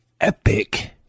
epic